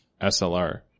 SLR